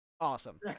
Awesome